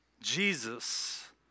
Jesus